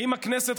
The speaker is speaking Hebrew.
האם הכנסת,